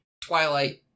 Twilight